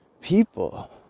people